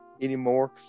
anymore